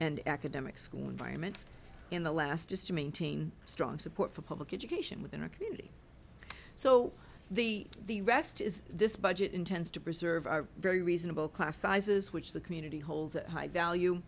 and academic school environment in the last just to maintain strong support for public education within our community so the the rest is this budget intends to preserve our very reasonable class sizes which the community holds at high value